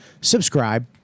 Subscribe